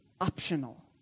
optional